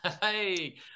Hey